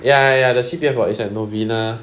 ya ya the C_P_F board it's at novena